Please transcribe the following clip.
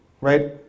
right